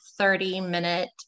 30-minute